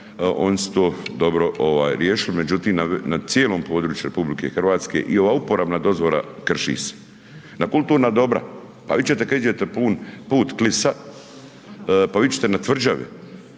oni su to dobro riješili. Međutim, nad cijelim području RH i ova uporabna dozvola, krši se. Na kulturna dobra, pa vidjet ćete kada iđete put Klisa, pa vidjet ćete na tvrđavi